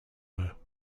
her